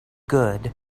good